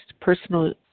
personal